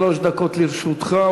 שלוש דקות לרשותך,